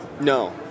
No